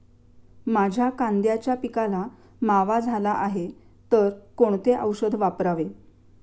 माझ्या कांद्याच्या पिकाला मावा झाला आहे तर कोणते औषध वापरावे?